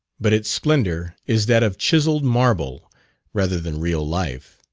but its splendour is that of chiselled marble rather than real life.